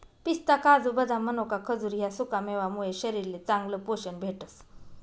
पिस्ता, काजू, बदाम, मनोका, खजूर ह्या सुकामेवा मुये शरीरले चांगलं पोशन भेटस